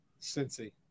Cincy